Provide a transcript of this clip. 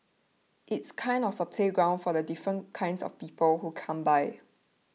it's kind of a playground for the different kinds of people who come by